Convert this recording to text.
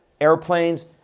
airplanes